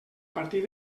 partit